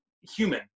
human